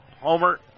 Homer